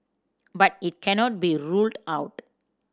but it cannot be ruled out